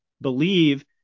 believe